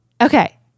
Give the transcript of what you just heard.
Okay